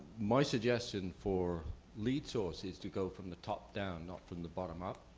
my suggestion for lead source is to go from the top down, not from the bottom up.